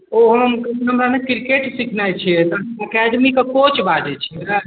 ओ हम क्रिकेट सिखनाइ छियै एतऽ एकेडमी के कोच बाजै छियै ने